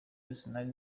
arsenal